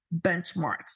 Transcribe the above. benchmarks